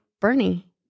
Bernie